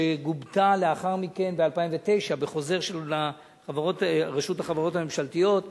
שגובתה לאחר מכן ב-2009 בחוזר של רשות החברות הממשלתיות,